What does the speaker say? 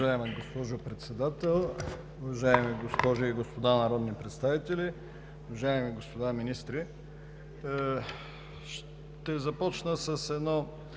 уважаеми госпожи и господа народни представители, уважаеми господа министри! Ще започна с едно